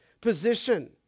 position